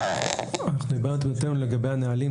דיברנו יותר לגבי הנהלים.